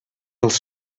als